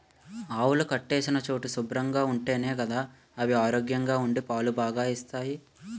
ఆవులు కట్టేసిన చోటు శుభ్రంగా ఉంటేనే గదా అయి ఆరోగ్యంగా ఉండి పాలు బాగా ఇస్తాయి